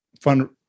fun